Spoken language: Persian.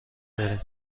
بریم